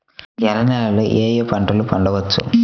ఎర్ర నేలలలో ఏయే పంటలు పండించవచ్చు?